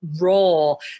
role